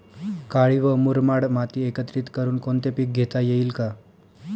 काळी व मुरमाड माती एकत्रित करुन कोणते पीक घेता येईल का?